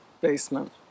basement